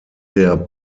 der